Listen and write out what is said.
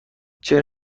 چرا